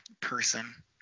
person